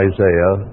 Isaiah